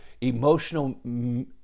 emotional